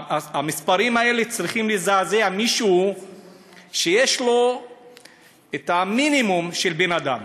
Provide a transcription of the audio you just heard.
המספרים האלה צריכים לזעזע מי שיש לו המינימום של בן-אדם.